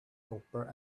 copper